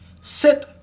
sit